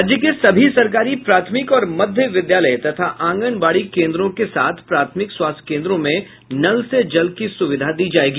राज्य के सभी सरकारी प्राथमिक और मध्य विद्यालय तथा आंगनबाड़ी केंद्र के साथ प्राथमिक स्वास्थ्य केंद्रों में नल से जल की सुविधा दी जायेगी